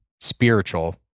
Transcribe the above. spiritual